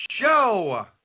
Show